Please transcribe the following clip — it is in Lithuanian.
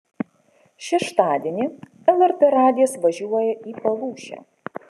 šeštadienį lrt radijas važiuoja į palūšę